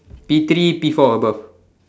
P three P four above